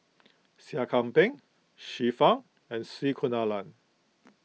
Seah Kian Peng Xiu Fang and C Kunalan